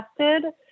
tested